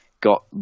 got